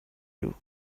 you